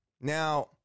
Now